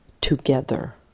together